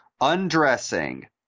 undressing